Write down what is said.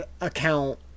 account